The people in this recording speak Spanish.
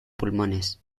pulmones